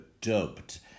dubbed